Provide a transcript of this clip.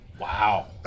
Wow